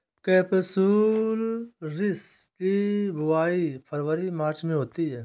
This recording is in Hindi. केपसुलरिस की बुवाई फरवरी मार्च में होती है